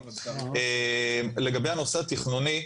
לגבי הנושא התכנוני,